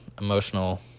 emotional